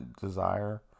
desire